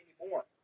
anymore